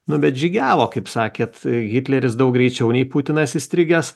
nu bet žygiavo kaip sakėt hitleris daug greičiau nei putinas įstrigęs